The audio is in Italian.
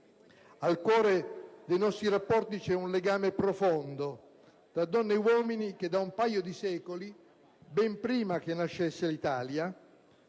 Al cuore dei nostri rapporti c'è un legame profondo tra donne e uomini che da un paio di secoli, ben prima che nascesse l'Italia,